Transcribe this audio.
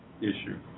issue